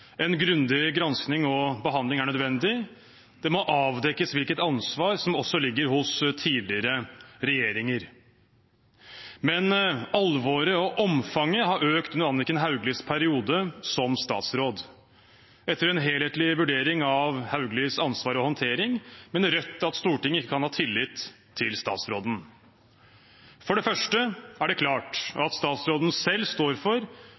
En grundig gransking og behandling er nødvendig. Det må avdekkes hvilket ansvar som ligger også hos tidligere regjeringer. Men alvoret og omfanget har økt i Anniken Hauglies periode som statsråd. Etter en helhetlig vurdering av Hauglies ansvar og håndtering mener Rødt at Stortinget ikke kan ha tillit til statsråden. For det første er det klart at statsråden selv står for